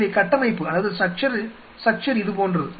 எனவே கட்டமைப்பு இது போன்றது